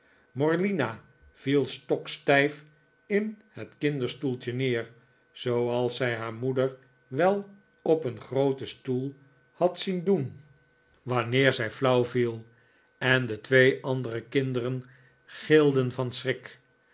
morlina viel stokstijf in het kinderstoeltje neer zooals zij haar moeder wel op een grooten stoel had zien doen wanneer nikolaas nickleby zij flauw viel en de twee andere kinderen gilden van schrik